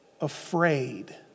afraid